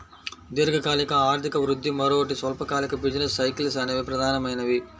దీర్ఘకాలిక ఆర్థిక వృద్ధి, మరోటి స్వల్పకాలిక బిజినెస్ సైకిల్స్ అనేవి ప్రధానమైనవి